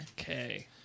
Okay